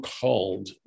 called